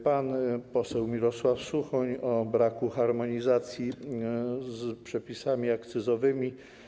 Pan poseł Mirosław Suchoń o braku harmonizacji z przepisami akcyzowymi.